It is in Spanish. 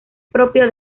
propio